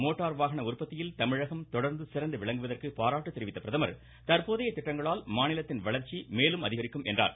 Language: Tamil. மோட்டார் வாகன உற்பத்தியில் தமிழகம் தொடா்ந்து சிறந்து விளங்குவதற்கு பாராட்டு தெரிவித்த பிரதமர் தற்போதைய திட்டங்களால் மாநிலத்தின் வளர்ச்சி மேலும் அதிகரிக்கும் என்றார்